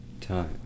time